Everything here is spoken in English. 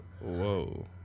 Whoa